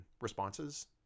responses